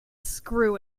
screw